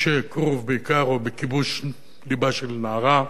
כרוב בעיקר או בכיבוש לבה של נערה,